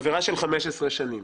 עבירה של 15 שנים